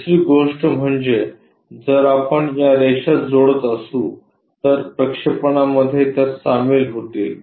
दुसरी गोष्ट म्हणजे जर आपण या रेषा जोडत असू तर प्रक्षेपणा मध्ये त्या सामील होतील